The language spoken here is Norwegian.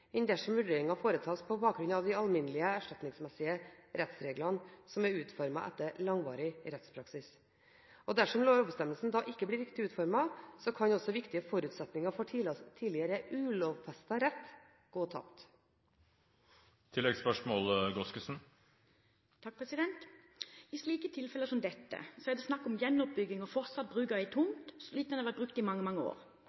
dersom vurderingen foretas på bakgrunn av de alminnelige erstatningsmessige rettsreglene som er utformet etter langvarig rettspraksis. Dersom lovbestemmelsen ikke blir riktig utformet, kan også viktige forutsetninger for tidligere ulovfestet rett gå tapt. I slike tilfeller som dette er det snakk om gjenoppbygging og fortsatt bruk av en tomt slik den har vært brukt i mange, mange år.